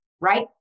right